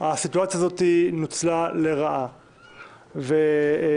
הסיטואציה הזאת נוצלה לרעה והאופוזיציה